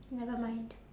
never mind